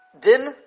din